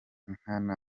nkana